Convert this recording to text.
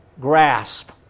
grasp